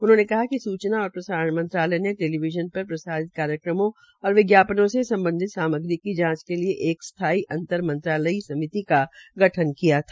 उन्होंने कहा कि सूचना और प्रसारण मंत्रालय ने टेलीविज़न पर प्रसारित कार्यक्रमों और विज्ञापनों से सम्बधित सामग्री की जांच के लिये एक स्थायी अंतर मंत्रालय समिति का गठन किया था